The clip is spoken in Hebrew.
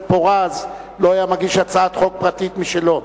פורז לא היה מגיש הצעת חוק פרטית משלו.